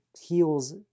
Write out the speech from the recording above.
heals